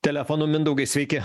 telefonu mindaugai sveiki